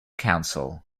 council